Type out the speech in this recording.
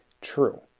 true